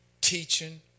teaching